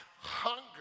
hunger